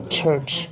church